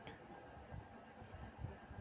पशुझुण्ड के प्रबंधन के लिए कई प्रथाएं प्रचलित हैं